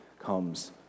comes